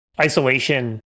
isolation